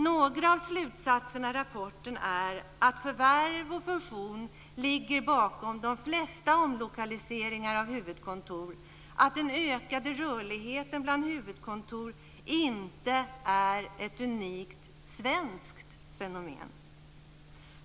Några av slutsatserna i rapporten är att förvärv och fusion ligger bakom de flesta omlokaliseringar av huvudkontor och att den ökade rörligheten bland huvudkontor inte är ett unikt svenskt fenomen.